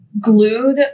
glued